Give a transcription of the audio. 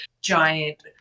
giant